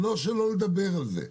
לא שלא לדבר על זה.